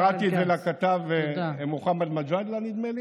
קראתי אצל הכתב מוחמד מג'אדלה, נדמה לי,